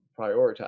prioritize